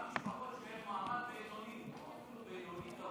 גם משפחות שהן ממעמד בינוני או בינוני-גבוה,